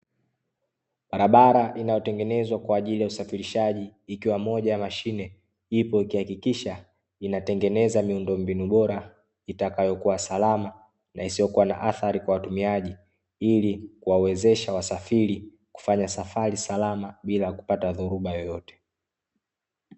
Barabara inayotengenezwa kwa ajili ya usafirishaji, ikiwa moja ya mashine ipo ikihakikisha inatengeneza miundombinu bora itakayokuwa salama na isiyokuwa na athari kwa watumiaji, ili kuwawezesha wasafiri kufanya safari salama, bila kupata dhoruba yoyote.